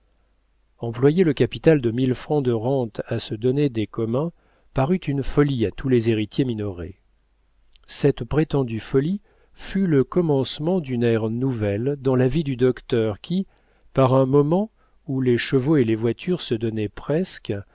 le capital de mille francs de rente à se donner des communs parut une folie à tous les héritiers minoret cette prétendue folie fut le commencement d'une ère nouvelle dans la vie du docteur qui par un moment où les chevaux et les voitures se donnaient presque